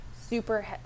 super